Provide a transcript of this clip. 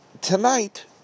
tonight